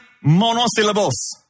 monosyllables